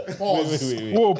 pause